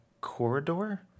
corridor